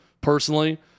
personally